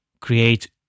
create